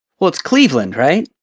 well, it's cleveland, right?